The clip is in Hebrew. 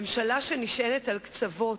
ממשלה שנשענת על קצוות,